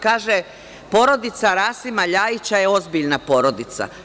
Kaže porodica Rasima LJajića je ozbiljna porodica.